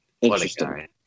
interesting